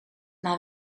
naar